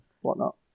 whatnot